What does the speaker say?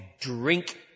drink